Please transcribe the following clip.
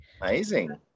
Amazing